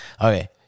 Okay